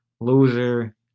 loser